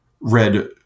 read